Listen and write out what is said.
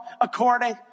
according